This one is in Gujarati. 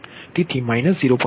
તેથી 0